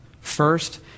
first